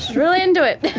really into it